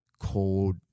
cold